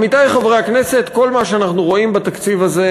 עמיתי חברי הכנסת, כל מה שאנחנו רואים בתקציב הזה